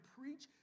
preach